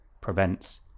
prevents